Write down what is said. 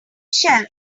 shell